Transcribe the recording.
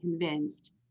convinced